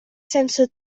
sense